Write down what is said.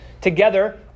together